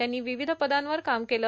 त्यांनी विविध पदांवर काम केलं